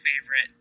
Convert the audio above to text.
favorite